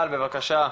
בבקשה.